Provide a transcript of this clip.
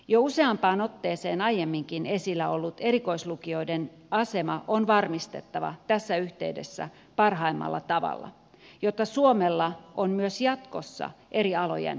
jo useampaan otteeseen aiemminkin esillä ollut erikoislukioiden asema on varmistettava tässä yhteydessä parhaimmalla tavalla jotta suomella on myös jatkossa eri alojen huippuosaamista